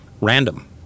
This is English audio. random